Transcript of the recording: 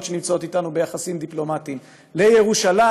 שנמצאות אתנו ביחסים דיפלומטיים לירושלים,